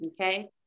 okay